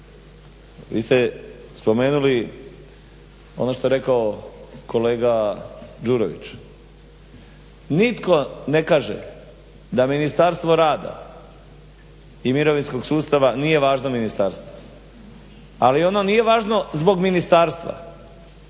Vi ste spomenuli ono što je rekao kolega Đurović, nitko ne kaže da Ministarstvo rada i mirovinskog sustava nije važno ministarstvo, ali ono nije važno zbog ministarstva,